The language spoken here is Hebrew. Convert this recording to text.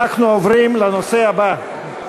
אנחנו עוברים לנושא הבא.